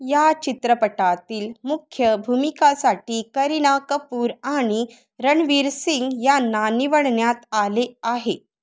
या चित्रपटातील मुख्य भूमिकेसाठी करिना कपूर आणि रणवीर सिंग यांना निवडण्यात आले आहे